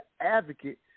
advocate